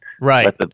Right